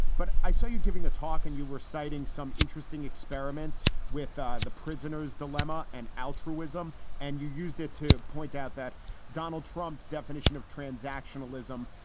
but i saw you giving a talk and you were citing some interesting experiments with ah the prisoner's dilemma and altruism. and you used it to point out that donald trump's definition of transactional ism,